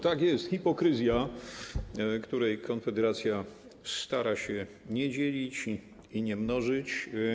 Tak jest, to hipokryzja, której Konfederacja stara się nie dzielić i nie mnożyć.